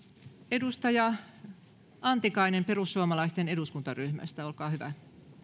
edustaja antikainen perussuomalaisten eduskuntaryhmästä olkaa hyvä